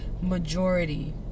majority